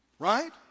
Right